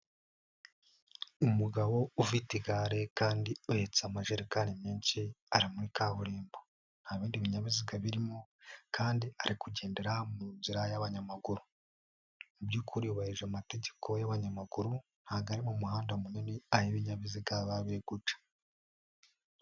Umugabo ufite igare kandi uhetse amajerekani menshi ari muri kaburimbo, nta bindi binyabiziga birimo kandi ari kugendera mu nzira y'abanyamaguru, mu by'ukuri yubahirije amategeko y'abanyamaguru ntabwo ari mu muhanda munini aho ibindi binyabiziga biba biri guca.